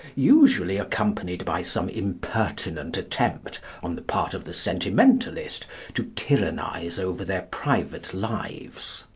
usually accompanied by some impertinent attempt on the part of the sentimentalist to tyrannise over their private lives.